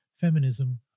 Feminism